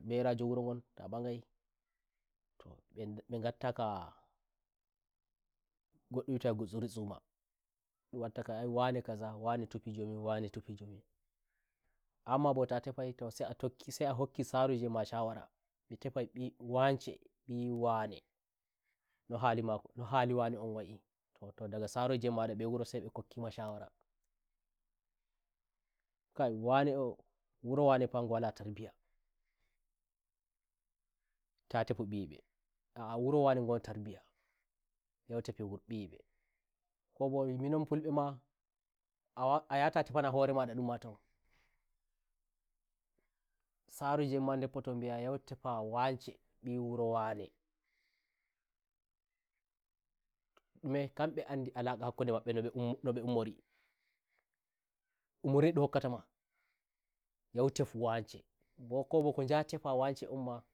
berajo wuro ngon ta mbagaitoh mbe ngatta gagoddum ndum wi'ata wai gutsuri tsomendum watta kai wane kaza wane tufi njomi wane ntufi njomiamma bo ta tefai to sai a tokki sai a hokki saroje emma shawarami tefai mbi wance mbi waneno hali mako no hali wane on wa'ito toh daga saroje en mada mbe wursai mbe hokkima shawarakai wane o wuro wane fa mgo wala tarbiyyata tefi mbiyibe a'a wuro wane ngo won tarbiyyayau tefoi mbiyi mbeko bo minon fulbe ma a yata tefana hore mada ndumma tausaroje en ma ndeppoto mbi'a yah tefa wance mbi wuro wanendume hambe andi alaka mabbe no nbe ummiriumurni ndum hokkata mayau tefu wanceko bako njaha tefa wance on ma